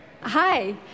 Hi